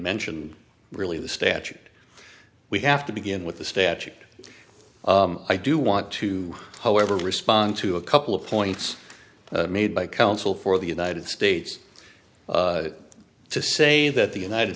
mentioned really the statute we have to begin with the statute i do want to however respond to a couple of points made by counsel for the united states to say that the united